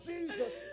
Jesus